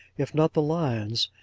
if not the lion's,